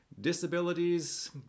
disabilities